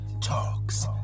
Talks